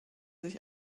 sich